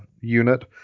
unit